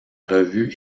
revue